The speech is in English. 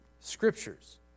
Scriptures